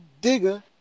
Digger